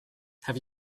have